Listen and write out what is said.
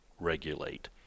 regulate